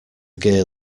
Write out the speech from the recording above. gear